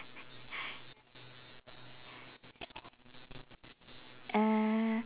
uh